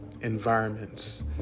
environments